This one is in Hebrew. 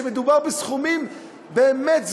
שמדובר בסכומים באמת זניחים,